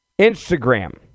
Instagram